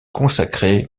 consacré